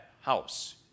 house